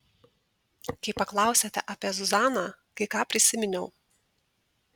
kai paklausėte apie zuzaną kai ką prisiminiau